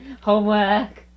homework